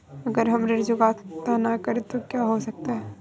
अगर हम ऋण चुकता न करें तो क्या हो सकता है?